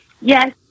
yes